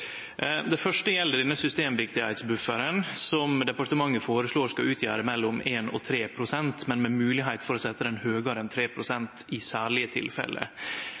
Det første gjeld denne systemviktigheitsbufferen som departementet føreslår skal utgjere mellom 1 og 3 pst., men med moglegheit for å setje han høgare enn 3 pst. i særlege tilfelle.